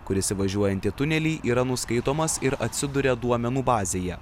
kuris įvažiuojant į tunelį yra nuskaitomas ir atsiduria duomenų bazėje